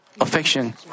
affection